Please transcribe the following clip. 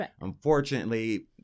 Unfortunately